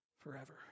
forever